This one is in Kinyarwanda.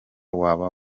waba